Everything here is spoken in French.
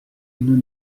nous